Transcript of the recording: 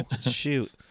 shoot